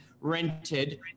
rented